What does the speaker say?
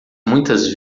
muitas